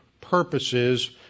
purposes